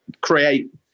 create